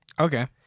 Okay